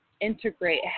integrate